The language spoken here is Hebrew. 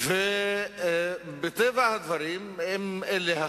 ולא בפרץ אמירות,